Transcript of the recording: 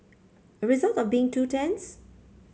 a result of being two tents